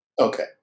Okay